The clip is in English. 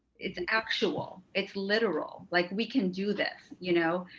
it's an actual, it's literal, like we can do this, you know?